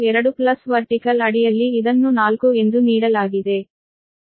42 plus vertical ಅಡಿಯಲ್ಲಿ ಇದನ್ನು 4 ನೀಡಲಾಗಿದೆ